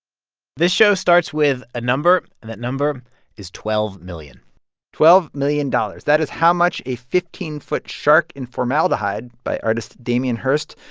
this show starts with a number, and that number is twelve million twelve million dollars that is how much a fifteen foot shark in formaldehyde, by artist damien hirst,